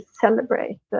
celebrate